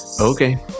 Okay